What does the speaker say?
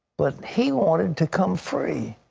but he wanted to come free.